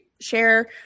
share